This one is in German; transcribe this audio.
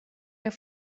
mehr